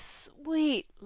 sweet